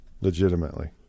legitimately